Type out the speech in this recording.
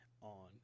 on